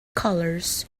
colors